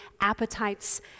appetites